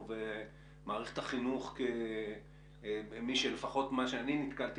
ומערכת החינוך כמי שלפחות ממה שאני הבנתי,